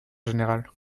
général